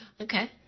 Okay